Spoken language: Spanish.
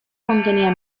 contenía